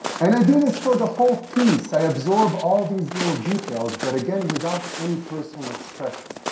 and i do this for the whole piece i absorb all these little details but, again, without any personal expression.